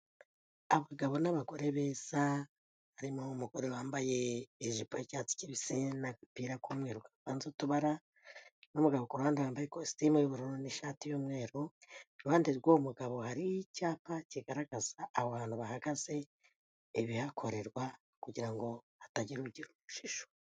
Abagabo n'abagore beza, harimo umugore wambaye ijipo y'icyatsi kibisi n'agapira k'umweru kavanze utubara n'umugabo ku ruhande wambaye ikositimu y'ubururu n'ishati y'umweru, iruhande rw'uwo mugabo hari icyapa kigaragaza aho hantu bahagaze ibihakorerwa kugira ngo hatagira ugira urujijo.